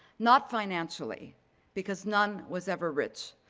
not financially because none was ever rich,